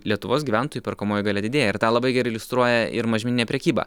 lietuvos gyventojų perkamoji galia didėja ir tą labai gerai iliustruoja ir mažmeninė prekyba